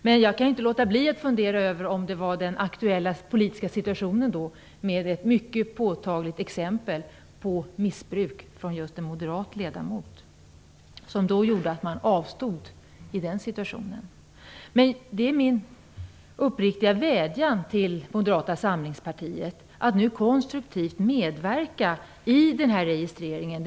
Men jag kan inte låta bli att fundera över om det var den aktuella politiska situationen, med ett påtagligt exempel på missbruk av just en moderat ledamot, som gjorde att man då avstod. Min uppriktiga vädjan till Moderata samlingspartiet är att nu konstruktivt medverka i registreringen.